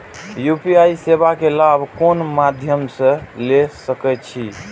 UPI सेवा के लाभ कोन मध्यम से ले सके छी?